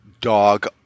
dog